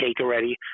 already